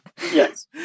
Yes